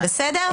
בסדר?